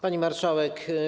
Pani Marszałek!